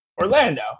Orlando